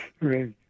Right